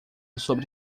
sobre